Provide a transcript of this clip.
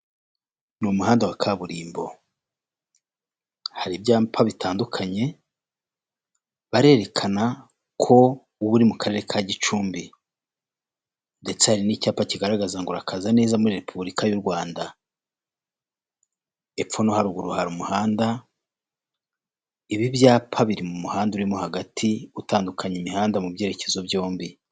Ni umuhanda wa kaburimbo hari ibyapa bitandukanye, barerekana ko uba uri mu karere ka gicumbi. Ndetse hari n'icyapa kigaragaza ngo urakaza neza muri repubulika y'u Rwanda, epfo no haruguru hari umuhanda. Ibi ibyapa biri mu muhanda urimo hagati utandukanya imihanda mu byerekezo byombi.